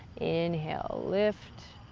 inhale, lift.